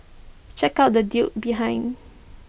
check out the dude behind